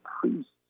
priests